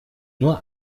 nur